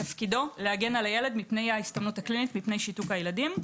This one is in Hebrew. תפקידו להגן על הילד מפני ההסתמנות הקלינית מפני שיתוק הילדים.